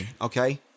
okay